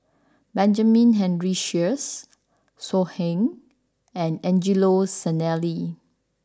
Benjamin Henry Sheares So Heng and Angelo Sanelli